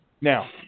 Now